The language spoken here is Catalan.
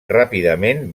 ràpidament